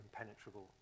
impenetrable